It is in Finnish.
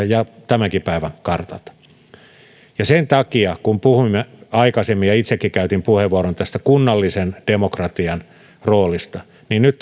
ja tämänkin päivän kartalta sen takia kun puhuimme aikaisemmin ja itsekin käytin puheenvuoron kunnallisen demokratian roolista nyt